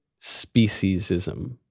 speciesism